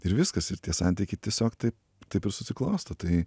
ir viskas ir tie santykiai tiesiog taip taip ir susiklosto tai